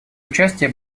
участие